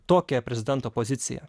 tokią prezidento poziciją